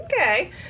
okay